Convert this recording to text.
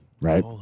right